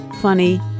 funny